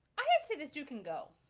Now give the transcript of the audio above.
i um see this you can go